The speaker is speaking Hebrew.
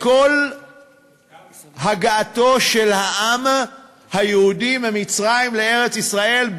כל הגעתו של העם היהודי ממצרים לארץ-ישראל,